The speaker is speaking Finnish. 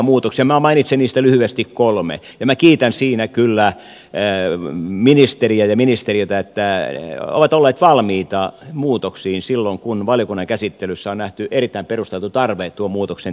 minä mainitsen niistä lyhyesti kolme ja minä kiitän siinä kyllä ministeriä ja ministeriötä että he ovat olleet valmiita muutoksiin silloin kun valiokunnan käsittelyssä on nähty erittäin perusteltu tarve tuon muutoksen tekemiseen